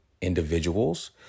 individuals